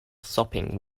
sopping